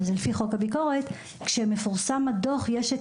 וזה לפי חוק הביקורת - כשמפורסם הדוח יש את